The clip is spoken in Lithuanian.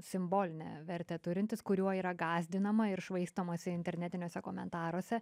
simbolinę vertę turintis kuriuo yra gąsdinama ir švaistomasi internetiniuose komentaruose